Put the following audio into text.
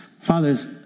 Fathers